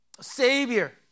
savior